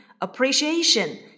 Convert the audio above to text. Appreciation